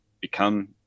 become